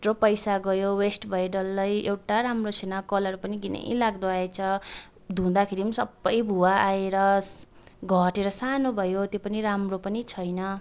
त्यत्रो पैसा गयो वेस्ट भयो डल्लै एउटा राम्रो छैन कलर पनि घिन लाग्दो आएछ धुँदाखेरि सबै भुवा आएर घटेर सानो भयो त्यो पनि राम्रो पनि छैन